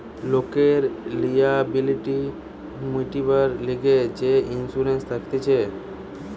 লোকের লিয়াবিলিটি মিটিবার লিগে যে ইন্সুরেন্স থাকতিছে